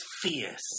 Fierce